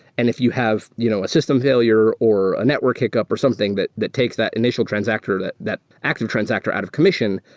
and if you have you know a system failure or a network hiccup or something that that takes that initial transactor or that active transactor out of commission,